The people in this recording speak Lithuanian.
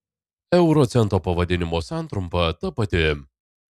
euro cento pavadinimo santrumpa ta pati